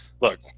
look –